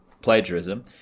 plagiarism